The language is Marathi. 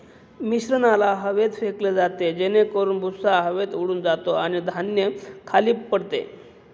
मिश्रणाला हवेत फेकले जाते जेणेकरून भुसा हवेत उडून जातो आणि धान्य खाली पडते